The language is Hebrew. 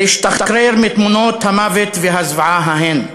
להשתחרר מתמונות המוות והזוועה ההם.